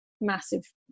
massive